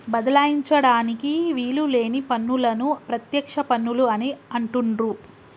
బదలాయించడానికి వీలు లేని పన్నులను ప్రత్యక్ష పన్నులు అని అంటుండ్రు